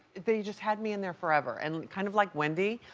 they just had me in their forever. and kind of like wendy,